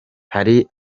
hari